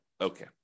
Okay